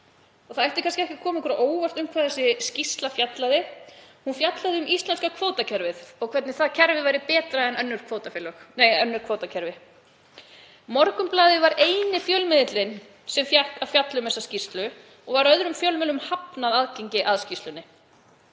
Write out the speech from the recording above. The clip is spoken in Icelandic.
Það ætti kannski ekki að koma okkur á óvart um hvað skýrslan fjallaði, hún fjallaði um íslenska kvótakerfið og hvernig það kerfi væri betra en önnur kvótakerfi. Morgunblaðið var eini fjölmiðillinn sem fékk að fjalla um þessa skýrslu og var öðrum fjölmiðlum neitað um aðgang að skýrslunni.